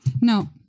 No